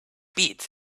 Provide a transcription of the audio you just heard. beats